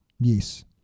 Yes